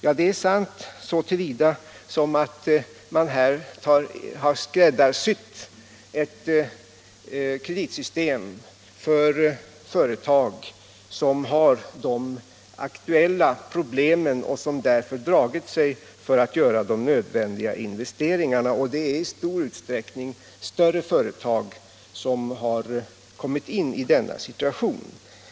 Ja, det är sant så till vida som det här är ett skräddarsytt kreditsystem för företag som har dessa aktuella problem och som därför dragit sig för att göra nödvändiga investeringar — och det är i stor utsträckning större företag som kommit in i den situationen.